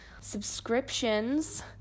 Subscriptions